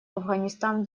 афганистан